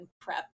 prep